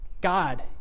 God